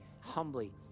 humbly